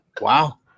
Wow